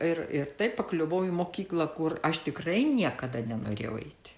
ir ir taip pakliuvau į mokyklą kur aš tikrai niekada nenorėjau eiti